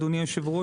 אדוני היושב-ראש,